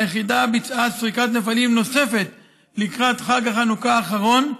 היחידה ביצעה סריקת נפלים נוספת לקראת חג החנוכה האחרון,